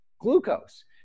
glucose